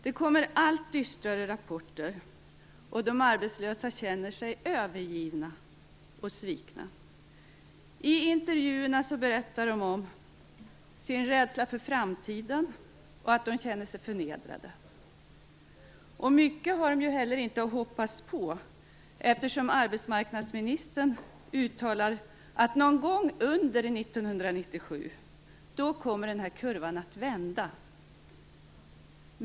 Det kommer allt dystrare rapporter, och de arbetslösa känner sig övergivna och svikna. I intervjuer berättar de om sin rädsla för framtiden och om att de känner sig förnedrade. Och mycket har de ju heller inte att hoppas på, eftersom arbetsmarknadsministern uttalar att denna kurva kommer att vända någon gång under 1997.